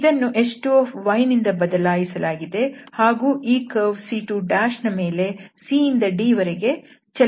ಇದನ್ನು h2 ನಿಂದ ಬದಲಿಸಲಾಗಿದೆ ಹಾಗೂ ಈ ಕರ್ವ್ C2 ನ ಮೇಲೆ c ಇಂದ d ವರೆಗೆ ಚಲಿಸುತ್ತಿದ್ದೇವೆ